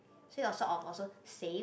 this was sort of also save